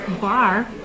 bar